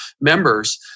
members